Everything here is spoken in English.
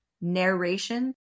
Narration